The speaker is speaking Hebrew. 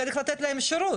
צריך לתת להם שירות,